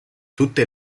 tutte